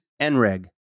NREG